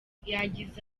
yagize